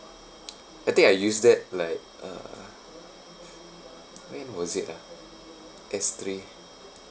I think I used that like uh when was it ah S three